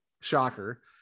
Shocker